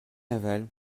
navales